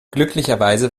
glücklicherweise